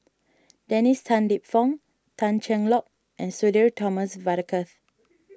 Dennis Tan Lip Fong Tan Cheng Lock and Sudhir Thomas Vadaketh